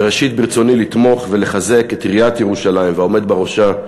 ראשית ברצוני לתמוך ולחזק את עיריית ירושלים והעומד בראשה,